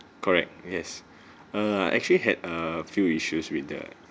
correct yes ah actually had a few issues with the